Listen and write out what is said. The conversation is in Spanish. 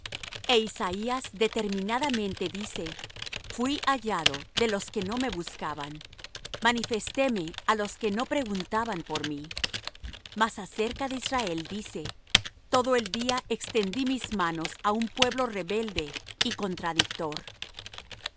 e isaías determinadamente dice fuí hallado de los que no me buscaban manifestéme á los que no preguntaban por mí mas acerca de israel dice todo el día extendí mis manos á un pueblo rebelde y contradictor